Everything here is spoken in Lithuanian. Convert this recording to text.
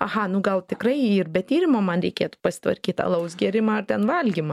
aha nu gal tikrai ir be tyrimo man reikėtų pasitvarkyt alaus gėrimą ar ten valgymą